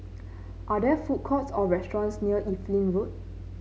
are there food courts or restaurants near Evelyn Road